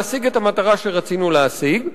להשיג את המטרה שרצינו להשיג.